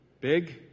Big